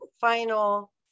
final